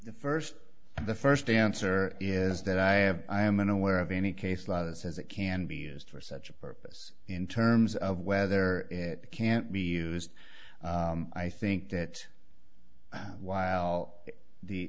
the first the first answer is that i have i am aware of any case law that says it can be used for such a purpose in terms of whether it can't be used i think that while